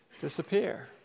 disappear